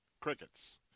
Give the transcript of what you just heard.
crickets